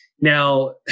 Now